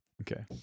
Okay